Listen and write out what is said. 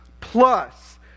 plus